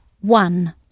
one